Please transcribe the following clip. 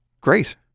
great